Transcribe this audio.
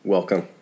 Welcome